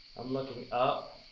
i'm looking up.